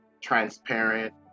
transparent